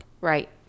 right